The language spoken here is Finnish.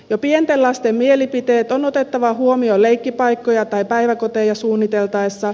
jo pienten lasten mielipiteet on otettava huomioon leikkipaikkoja tai päiväkoteja suunniteltaessa